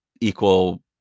equal